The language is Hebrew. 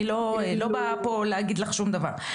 אני לא באה פה להגיד לך שום דבר.